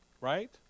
Right